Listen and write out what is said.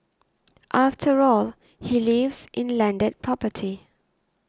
after all he lives in landed property